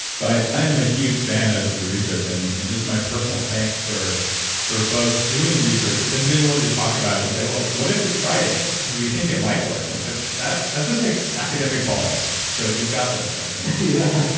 so i i am a huge fan of of your research, and and just my personal thanks for for both doing the research, but then being willing to talk about it and say, well, what if you tried it because we think it might work. and that that just takes academic balls, so you've got those, satchin yeah.